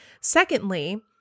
Secondly